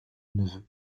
neveu